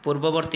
ପୂର୍ବବର୍ତ୍ତୀ